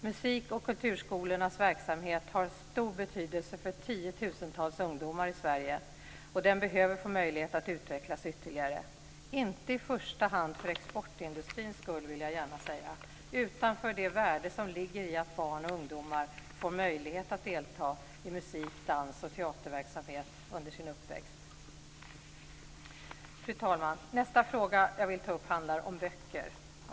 Musik och kulturskolornas verksamhet har stor betydelse för tiotusentals ungdomar i Sverige Den behöver få möjlighet att utvecklas ytterligare; inte i första hand för exportindustrins skull - det vill jag gärna säga - utan för det värde som ligger i att barn och ungdomar får möjlighet att delta i musik-, dansoch teaterverksamhet under sin uppväxt. Fru talman! Nästa fråga som jag vill ta upp handlar om böcker.